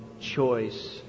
choice